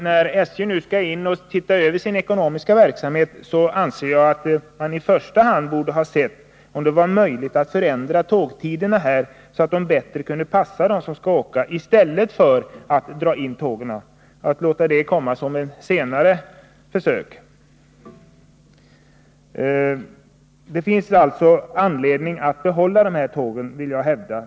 När SJ nu skall se över sin ekonomiska verksamhet anser jag att man i första hand borde ha sett efter om det var möjligt att förändra tågtiderna så att de bättre kunde passa dem som skall åka, i stället för att dra in tågen. En indragning kunde då möjligen bli ett senare led. Det finns alltså anledning att behålla de här tågen, vill jag hävda.